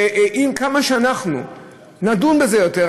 וכמה שאנחנו נדון בזה יותר,